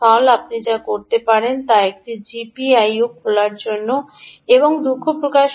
আপনি একটি জিপিআই খোলার জন্য দুঃখ প্রকাশ করতে পারেন